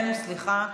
ישראל ביתנו, סליחה.